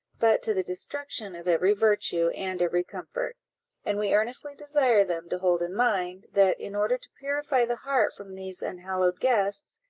but to the destruction of every virtue and every comfort and we earnestly desire them to hold in mind, that, in order to purify the heart from these unhallowed guests,